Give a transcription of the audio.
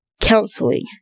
counseling